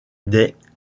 des